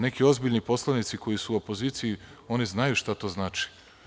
Neki ozbiljni poslanici koji su u opoziciji znaju šta to znači.